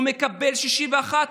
הוא מקבל 61,